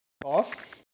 boss